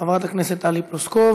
חברת הכנסת טלי פלוסקוב,